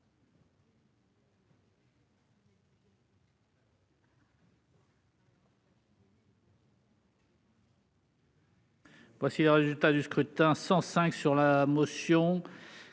Voici le résultat du scrutin 105 sur la motion,